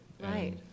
Right